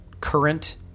current